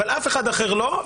אבל אף אחד אחר לא,